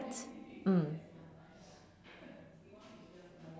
mm